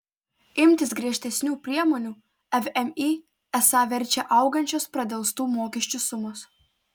imtis griežtesnių priemonių vmi esą verčia augančios pradelstų mokesčių sumos